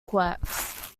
works